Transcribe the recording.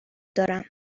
دارم